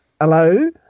Hello